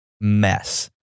mess